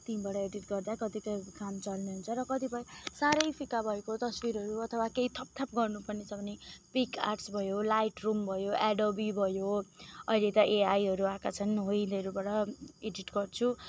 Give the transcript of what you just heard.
त्यहीँबाट एडिट गर्दा कतिपय काम चल्ने हुन्छ र कतिपय साह्रै फिका भएको तस्बिरहरू अथवा केही थपथाप गर्नुपर्ने छ भने पिक आर्ट्स भयो लाइट रुम भयो एडोबी भयो अहिले त एआईहरू आएका छन् हो यिनीहरूबाट एडिट गर्छु